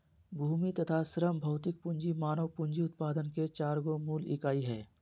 भूमि तथा श्रम भौतिक पूँजी मानव पूँजी उत्पादन के चार गो मूल इकाई हइ